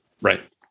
right